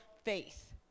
faith